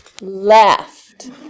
left